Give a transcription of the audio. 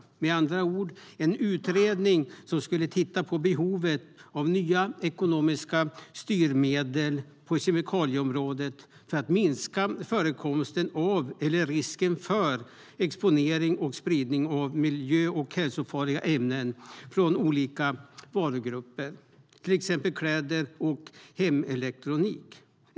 Det var med andra ord en utredning som skulle titta på behovet av nya ekonomiska styrmedel på kemikalieområdet för att minska förekomsten av eller risken för exponering och spridning av miljö och hälsofarliga ämnen från olika varugrupper, till exempel kläder och hemelektronik.